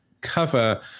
cover